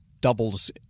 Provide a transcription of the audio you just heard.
doubles